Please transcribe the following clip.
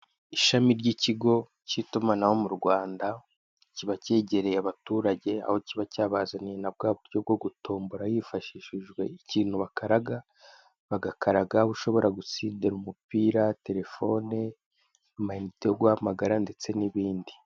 Ishami ry'ikigo cy'itumanaho mu Rwanda kiba cyegereye abaturage, aho kiba cyabazaniye na bwa buryo bwo gutombora hifashishijwe ikintu bakaraga, bagakaraga uba ushobora gutsindira umupira, telefone, amayinite yo guhamagara ndetse n'ibindi.